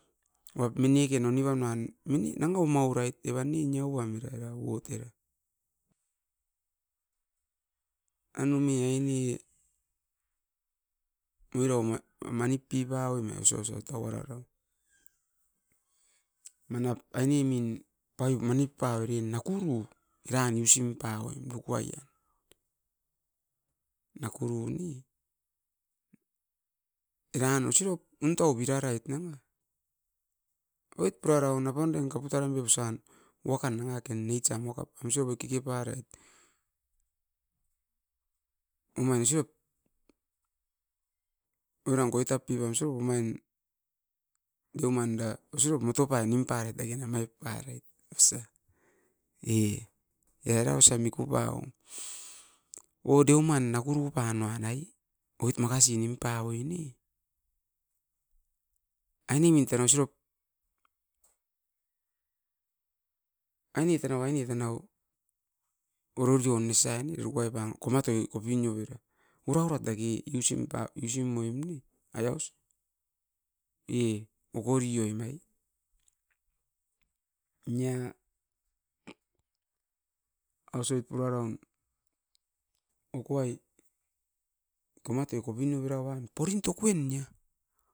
Wap miniken ouniva nuan, moni nanga oma urait, evan ni niava mera era wot era, anumi aine nuira oma ma manit pipa oima osa osa tauara ran. Manap ainemin paiop mani pau'rian nakuru. Eran usim pau'oim dukuai'em nakuru ne, eran osipap untau birarait nanga. Oit pura raun apan duaim kapu taran pep usan. Wakan nanga ken nitsam wakap am usabe keke parait, omain isiop oiram koitap pipanso omain deoman da osirop motopai nimparait ai a namai parait osa, ni. Era ra osa miku pa'om, o deuman nakuru pan nuan ai? Oit makasi nimpa'oi ne, ainemi tanau sirop aine tanau, aine tanau ororion nesai ni uru paipam komatoi kopi niovera, ura urat dake, usimpa usimu'aim ne? Ari aus, nie okori oi nai. Nia ausipit pura raun, okoai komatoi kopiniobe ra uan, porin tokui'en nia